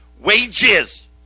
wages